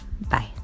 Bye